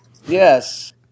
Yes